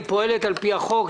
היא פועלת על פי החוק.